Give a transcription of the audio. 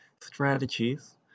strategies